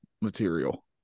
material